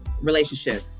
relationship